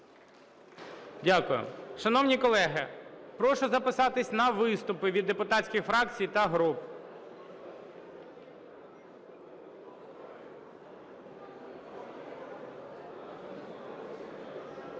Дякую. Шановні колеги, прошу записатися на виступи від депутатських фракцій та груп.